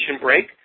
break